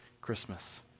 Christmas